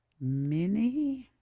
Mini